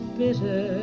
bitter